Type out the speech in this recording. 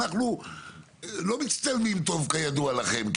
אנחנו לא מצטלמים טוב כידוע לכם,